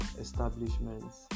establishments